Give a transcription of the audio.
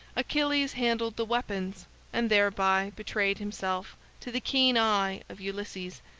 achilles handled the weapons and thereby betrayed himself to the keen eye of ulysses,